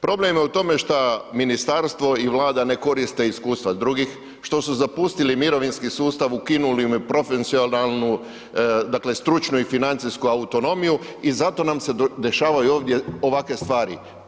Problem je u tome šta ministarstvo i Vlada ne koriste iskustva drugih, što su zapustili mirovinski sustav, ukinuli mu profesionalnu, dakle stručnu i financijsku autonomiju i zato nam se dešavaju ovdje ovakve stvari.